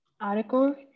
article